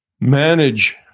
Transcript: Manage